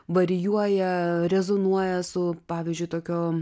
varijuoja rezonuoja su pavyzdžiui tokio